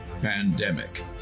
Pandemic